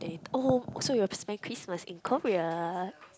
twenty oh so you have to spend Christmas in Korea